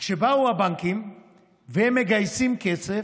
וכשבאים הבנקים והם מגייסים כסף,